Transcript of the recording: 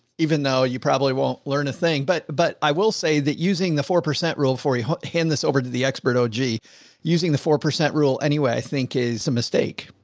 even though you probably won't learn a thing, but, but i will say that using the four percent rule for you hand this over to the expert o g using the four percent rule, anyway, i think is a mistake.